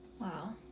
Wow